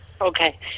Okay